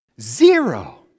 Zero